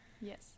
yes